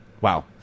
Wow